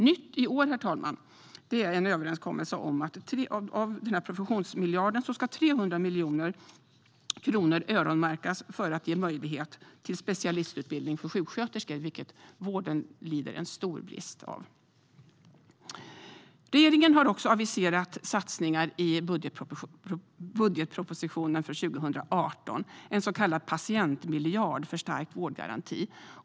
Nytt i år, herr talman, är en överenskommelse om att 300 miljoner kronor av professionsmiljarden ska öronmärkas för att ge möjlighet för sjuksköterskor till utbildning till specialistsjuksköterskor, vilket vården lider stor brist av. Regeringen har också aviserat en satsning i budgetpropositionen för 2018 på en så kallad patientmiljard för stärkt vårdgaranti.